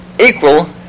equal